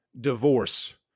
divorce